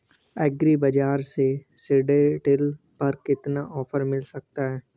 Agree बाजार से seed drill पर कितना ऑफर मिल सकता है?